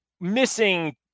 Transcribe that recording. missing